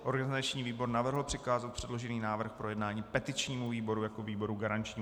Organizační výbor navrhl přikázat předložený návrh k projednání petičnímu výboru jako výboru garančnímu.